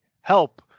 help